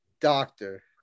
doctor